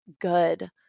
good